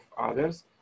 others